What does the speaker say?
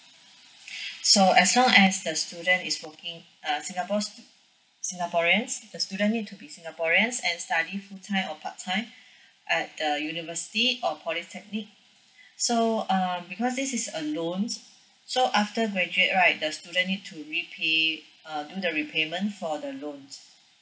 so as long as the student is working err singapore stu~ singaporeans the student need to be singaporeans and study full time or part time at the university or polytechnic so um because this is a loan so after graduate right the student need to repay uh do the repayment for the loan